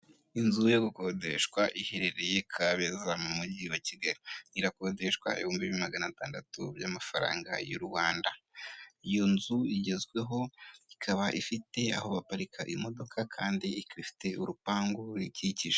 Inzu yo gukodeshwa iherereye kabeza mu mujyi wa Kigali, irakodeshwa ibihumbi magana atandatu by'amafaranga y'u Rwanda. Iyo nzu igezweho ikaba ifite aho baparika, iyo modoka kandi ikaba ifite urupangu ruyikikije.